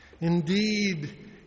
Indeed